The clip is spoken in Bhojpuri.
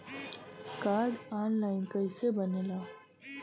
कार्ड ऑन लाइन कइसे बनेला?